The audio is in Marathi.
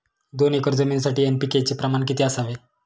दोन एकर जमिनीसाठी एन.पी.के चे प्रमाण किती असावे?